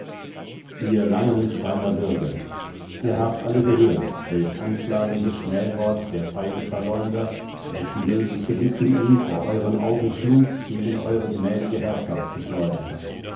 ihr langensteiner bürger ihr alle habt gehört welch anklagendes schmähwort der feige verleumder dessen böses gewissen ihn vor euren augen schlug gegen eure gnädige herrschaft geschleudert hat